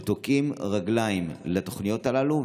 ששמים רגליים לתוכניות הללו?